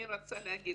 אני רוצה להגיד